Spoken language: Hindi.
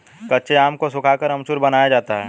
कच्चे आम को सुखाकर अमचूर बनाया जाता है